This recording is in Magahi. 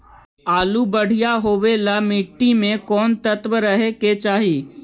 आलु बढ़िया होबे ल मट्टी में कोन तत्त्व रहे के चाही?